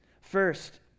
First